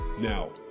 Now